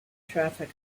traffic